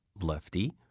Lefty